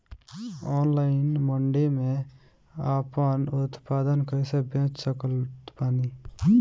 Online मंडी मे आपन उत्पादन कैसे बेच सकत बानी?